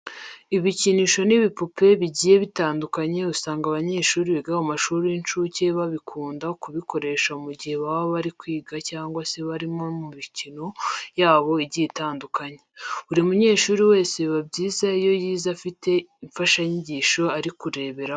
Ibikinisho n'ibipupe bigiye bitandukanye usanga abanyeshuri biga mu mashuri y'incuke bakunda kubikoresha mu gihe baba bari kwiga cyangwa se bari no mu mikino yabo igiye itandukanye. Buri munyeshuri wese biba byiza iyo yize afite imfashanyigisho ari kureberaho.